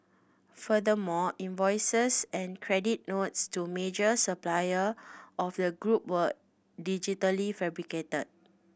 furthermore invoices and credit notes to a major supplier of the group were digitally fabricated